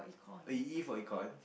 oh you E for econ